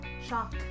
Shock